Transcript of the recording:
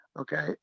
Okay